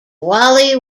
wally